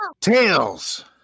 Tails